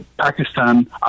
Pakistan